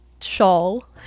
shawl